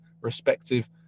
respective